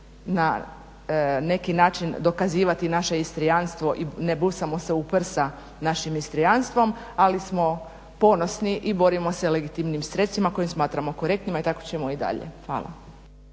na neki način dokazivati naše istrijanstvo i ne busamo se u prsa našim istrijanstvom ali smo ponosni i borimo se legitimnim sredstvima kojim smatramo korektnima i tako ćemo i dalje. Hvala.